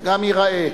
גם ייראה.